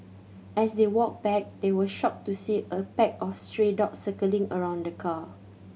as they walked back they were shocked to see a pack of stray dogs circling around the car